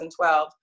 2012